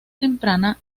temprana